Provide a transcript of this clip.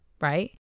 right